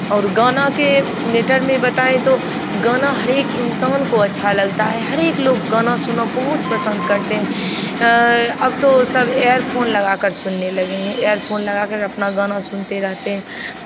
और गाना के मैटर में बताएँ तो गाना हरेक इंसान को अच्छा लगता है हरेक लोग गाना सुनना बहुत पसन्द करते हैं अब तो सब इयर फोन लगा कर सुनने लगे हैं इयर फोन अपना गाना सुनते रहते हैं